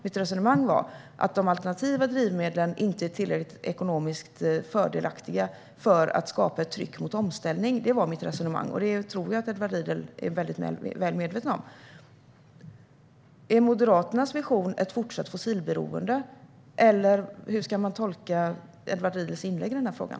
Mitt resonemang var att de alternativa drivmedlen inte är tillräckligt ekonomiskt fördelaktiga för att skapa ett tryck mot omställning. Det var mitt resonemang, och det tror jag att Edward Riedl är väl medveten om. Är Moderaternas vision ett fortsatt fossilberoende, eller hur ska man tolka Edward Riedls inlägg i den här frågan?